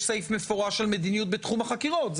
סעיף מפורש של מדיניות בתחום החקירות?